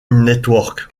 network